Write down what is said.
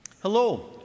Hello